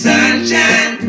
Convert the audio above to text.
Sunshine